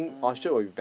oh